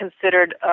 considered